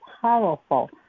powerful